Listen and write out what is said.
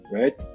right